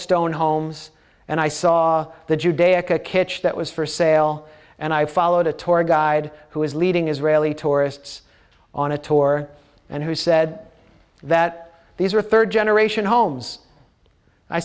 stone homes and i saw the judaica kitsch that was for sale and i followed a tour guide who was leading israeli tourists on a tour and who said that these are third generation homes i